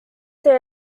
they